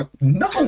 no